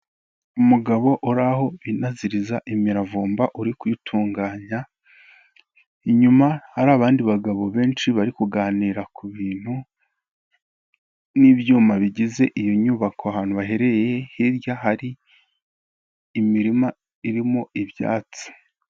Umugabo uri aho binaziriza imiravumba uri kuyitunganya, inyuma hari abandi bagabo benshi bari kuganira ku bintu n'ibyuma bigize iyo nyubako ahantu haherereye, hirya hari imirima irimo ibyatsi.